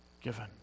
given